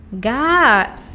god